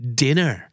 dinner